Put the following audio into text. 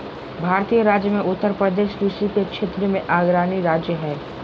भारतीय राज्य मे उत्तरप्रदेश कृषि के क्षेत्र मे अग्रणी राज्य हय